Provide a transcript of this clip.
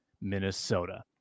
Minnesota